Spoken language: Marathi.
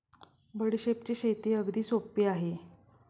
बडीशेपची शेती अगदी सोपी आहे